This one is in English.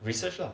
research lah